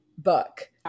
book